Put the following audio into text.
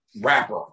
rapper